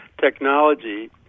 technology